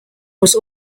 was